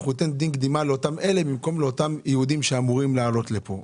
אנחנו ניתן דין קדימה לאותם אלה במקום לאותם יהודים שאמורים לעלות לפה.